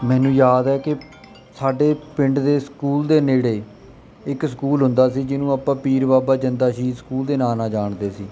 ਮੈਨੂੰ ਯਾਦ ਹੈ ਕਿ ਸਾਡੇ ਪਿੰਡ ਦੇ ਸਕੂਲ ਦੇ ਨੇੜੇ ਇੱਕ ਸਕੂਲ ਹੁੰਦਾ ਸੀ ਜਿਹਨੂੰ ਆਪਾਂ ਪੀਰ ਬਾਬਾ ਜਿੰਦਾ ਸ਼ਹੀਦ ਸਕੂਲ ਦੇ ਨਾਂ ਨਾਲ ਜਾਣਦੇ ਸੀ